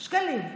שקלים.